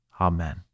Amen